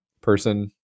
person